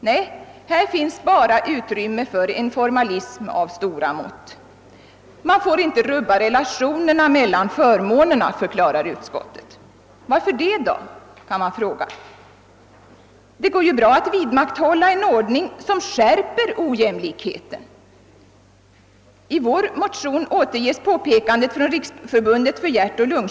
Nej, här finns bara utrymnme för en formalism av stora mått. Man får inte rubba relationerna mellan förmånerna, förklarar utskottet. Varför? Det går ju bra att vidmakthålla en ordning som skärper ojämlikheten.